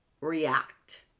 react